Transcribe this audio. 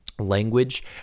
language